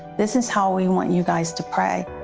this is how we want you guys to pray.